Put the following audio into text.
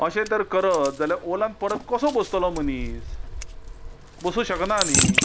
अशें तर करत जाल्यार ओलाक परत कसो पोसतलो मनीस पोसूं शकना न्ही